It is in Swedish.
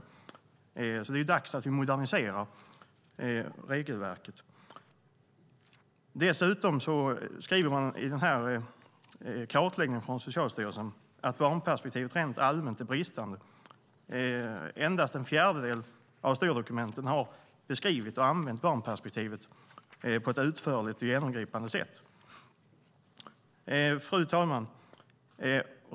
Det är därför dags att vi moderniserar regelverket. Dessutom skriver man i kartläggningen från Socialstyrelsen att barnperspektivet rent allmänt är bristande. Endast en fjärdedel av styrdokumenten har beskrivit och använt barnperspektivet på ett utförligt och genomgripande sätt. Fru talman!